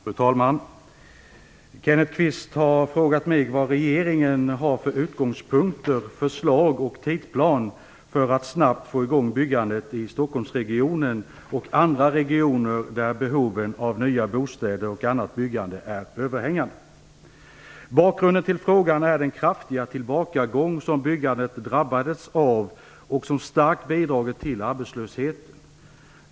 Fru talman! Kenneth Kvist har frågat mig vad regeringen har för utgångspunkter, förslag och tidsplan för att snabbt få i gång byggandet i Stockholmsregionen och andra regioner där behoven av nya bostäder och annat byggande är överhängande. Bakgrunden till frågan är den kraftiga tillbakagång som byggandet drabbats av och som starkt bidragit till arbetslösheten.